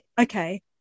okay